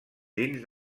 dins